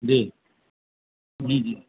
جی جی جی